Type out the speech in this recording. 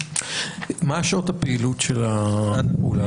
מה שעות הפעילות של הפעולה הזאת?